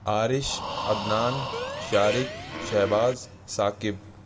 Arish Adnan Shariq Shahbaz Saqib